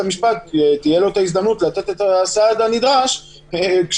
שבית המשפט יראה בזה הליך X. אבל ברור שהוא דחוף,